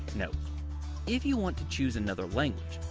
note if you want to choose another language,